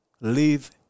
live